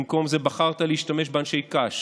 במקום זה בחרת להשתמש באנשי קש